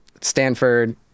Stanford